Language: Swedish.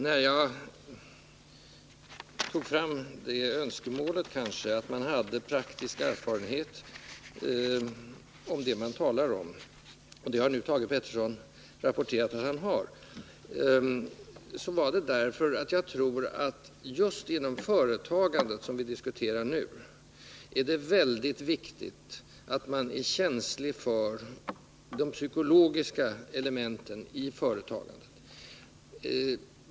När jag framförde önskemålet att man skulle ha praktisk erfarenhet av det man talar om — och det har nu Thage Peterson redovisat att han har — gjorde jag det därför att jag tror att just inom företagandet, som vi diskuterar nu, är det mycket viktigt att man är känslig för de psykologiska elementen.